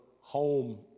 home